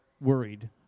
worried